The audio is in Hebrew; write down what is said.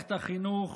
למערכת החינוך,